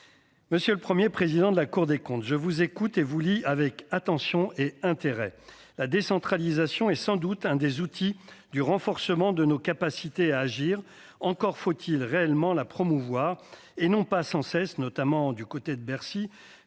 Monsieur le Premier président de la Cour des comptes, je vous écoute et vous lis avec attention et intérêt. La décentralisation est sans doute l'un des outils qui renforcent nos capacités à agir. Encore faut-il réellement la promouvoir et non pas, sans cesse, notamment du côté de Bercy,